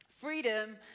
Freedom